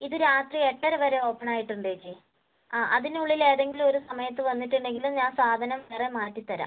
ഇത് രാത്രി എട്ടര വരെ ഓപ്പണായിട്ടുണ്ട് ചേച്ചി ആ അതിനുള്ളിൽ ഏതെങ്കിലും ഒരു സമയത്ത് വന്നിട്ടുണ്ടെങ്കിൽ ഞാൻ സാധനം വേറെ മാറ്റിത്തരാം